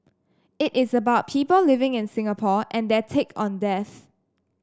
it is about people living in Singapore and their take on death